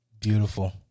Beautiful